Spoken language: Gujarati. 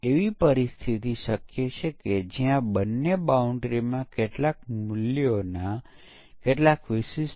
સ્મોક પરીક્ષણ એ ખરેખર સિસ્ટમને બિલ્ડ કરી તમામ મોડ્યુલોને એક સાથે મૂકે છે અને ચકાશે છે કે સિસ્ટમ ઓછામાં ઓછી મૂળભૂત કામ કરે છે કે કેમ